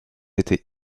été